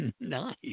Nice